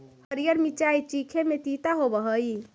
हरीअर मिचाई चीखे में तीता होब हई